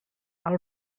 els